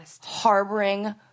harboring